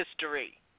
history